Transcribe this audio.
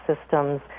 systems